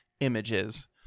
images